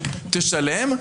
תשלם,